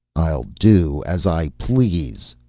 i'll do as i please,